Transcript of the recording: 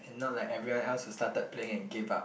and not like everyone else who started playing and gave up